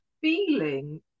feeling